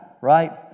right